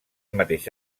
mateix